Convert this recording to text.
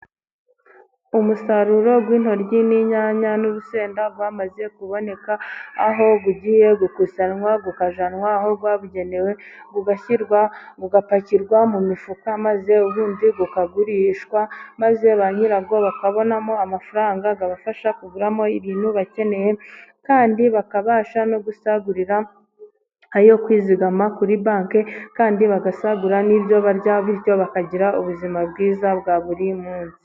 Umusaruro w'intoryi, n'inyanya, n'urusenda, wamaze kuboneka, aho ugiye gukusanywa, gukajyanwa aho rwabugenewe, ugashyirwa ugapakirwa mu mifuka, maze ubundi bukagurisha, maze ba nyirawo bakabonamo amafaranga, akabafasha kuguramo ibintu bakeneye, kandi bakabasha no gusagurira ayo kwizigama kuri banki, kandi bagasagura n'ibyo barya bityo bakagira ubuzima bwiza bwa buri munsi.